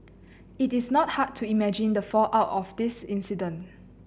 it is not hard to imagine the fallout of this incident